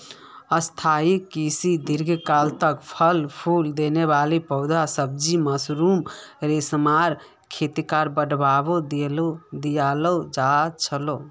स्थाई कृषित दीर्घकाल तक फल फूल देने वाला पौधे, सब्जियां, मशरूम, रेशमेर खेतीक बढ़ावा दियाल जा छे